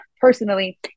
personally